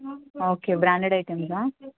okay branded ఐటెంస్సా